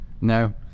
No